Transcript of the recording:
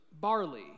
barley